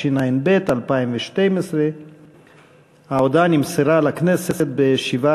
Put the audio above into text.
התשע"ב 2012. ההודעה נמסרה לכנסת ב-17